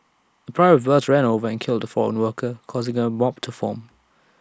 A private bus ran over and killed A foreign worker causing A mob to form